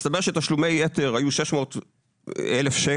מסתבר שתשלומי היתר היו 600,000 ₪,